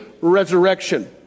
resurrection